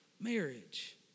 marriage